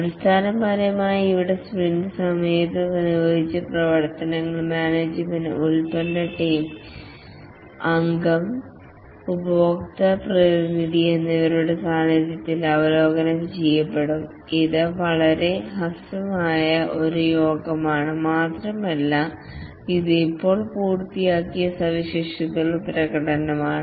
അടിസ്ഥാനപരമായി ഇവിടെ സ്പ്രിന്റ് സമയത്ത് നിർവഹിച്ച പ്രവർത്തനങ്ങൾ മാനേജ്മെന്റ് പ്രോഡക്ട് ഉടമ ടീം അംഗം ഉപഭോക്തൃ പ്രതിനിധി എന്നിവരുടെ സാന്നിധ്യത്തിൽ അവലോകനം ചെയ്യപ്പെടും ഇത് വളരെ ഹ്രസ്വമായ ഒരു യോഗമാണ് മാത്രമല്ല ഇത് ഇപ്പോൾ പൂർത്തിയാക്കിയ സവിശേഷതകളുടെ പ്രകടനമാണ്